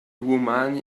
woman